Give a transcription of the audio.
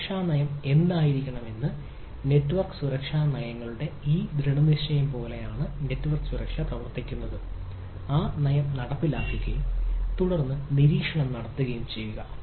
സുരക്ഷാ നയം എന്തായിരിക്കണമെന്ന നെറ്റ്വർക്ക് സുരക്ഷാ നയങ്ങളുടെ ഈ ദൃഡനിശ്ചയം പോലെയാണ് നെറ്റ്വർക്ക് സുരക്ഷ പ്രവർത്തിക്കുന്നത് ആ നയം നടപ്പിലാക്കുകയും തുടർന്ന് നിരീക്ഷണം നടത്തുകയും ചെയ്യുക